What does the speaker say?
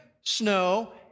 snow